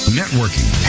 networking